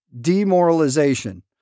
demoralization